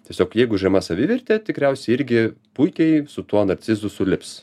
tiesiog jeigu žema savivertė tikriausiai irgi puikiai su tuo narcizu sulips